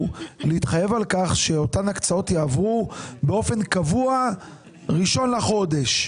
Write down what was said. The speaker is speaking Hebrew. להתחייב על כך שאותן הקצאות יעברו באופן קבוע ב-1 לחודש.